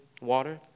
water